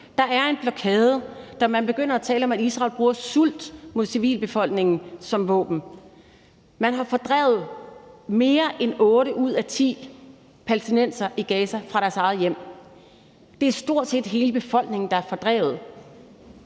Der er en blokade, så man begynder at tale om, at Israel bruger sult som våben mod civilbefolkningen. Man har fordrevet mere end otte ud af ti palæstinensere i Gaza fra deres eget hjem. Det er stort set hele befolkningen, der er fordrevet.